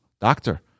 doctor